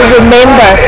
remember